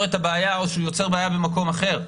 את הבעיה או שהוא יוצר בעיה במקום אחר,